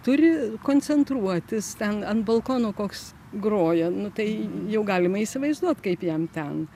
turi koncentruotis ten ant balkono koks groja nu tai jau galima įsivaizduot kaip jam ten